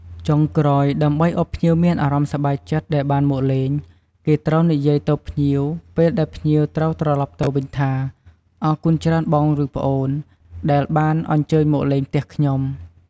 ចុងក្រោយ ដើម្បីឲ្យភ្ញៀវមានអារម្មណ៍សប្បាយចិត្តដែលបានមកលេង គេត្រូវនិយាយទៅភ្ញៀវពេលដែលភ្ញៀវត្រូវត្រឡប់ទៅវិញថា អរគុណច្រើនបងឬប្អូន ដែលបានអញ្ជើញមកលេងផ្ទះខ្ញុំ!។